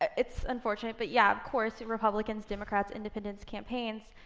it's unfortunate, but yeah, of course, and republicans', democrats', independents' campaigns,